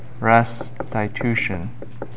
restitution